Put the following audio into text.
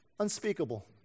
Unspeakable